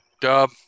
Dub